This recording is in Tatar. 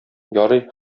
ярый